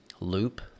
loop